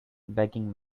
begging